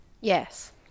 yes